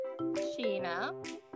Sheena